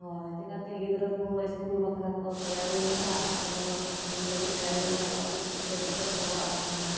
ᱦᱳᱭ ᱪᱤᱠᱟᱹᱛᱮ ᱜᱤᱫᱽᱨᱟᱹ ᱠᱚᱦᱚᱸ ᱥᱠᱩᱞ ᱵᱟᱠᱷᱨᱟ ᱠᱚ ᱛᱟᱭᱟᱨᱤ ᱦᱩᱭᱩᱜᱼᱟ ᱟᱨ ᱠᱟᱹᱢᱤ ᱦᱚᱲ ᱠᱚ ᱠᱟᱹᱢᱤ ᱞᱟᱹᱜᱤᱫ ᱛᱮᱭᱟᱨ ᱦᱩᱭᱩᱜᱼᱟ ᱫᱟᱠᱟ ᱩᱛᱩ ᱠᱟᱹᱡ ᱞᱮ ᱫᱤᱠᱠᱟᱹᱛ ᱧᱚᱜᱚᱜᱼᱟ ᱵᱟᱠᱷᱟᱱ ᱦᱟᱸᱜ